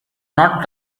not